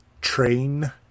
train